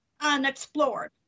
unexplored